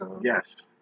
Yes